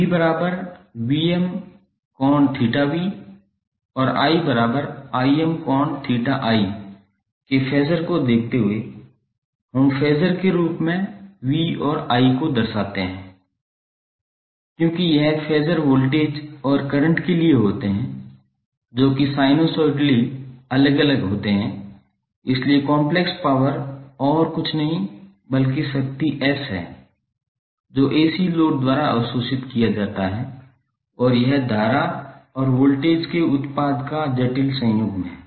𝑽𝑉𝑚∠𝜃𝑣 और 𝑰𝐼𝑚∠𝜃𝑖 के फेज़र को देखते हुए हम फेज़र के रूप में V और I को दर्शाते हैं क्योंकि यह फेज़र वोल्टेज और करंट के लिए होते हैं जो कि sinusoidally अलग अलग होते हैं इसलिए कॉम्प्लेक्स पावर और कुछ नहीं बल्कि शक्ति S है जो AC लोड द्वारा अवशोषित किया जाता है और यह धारा और वोल्टेज के उत्पाद का जटिल संयुग्म है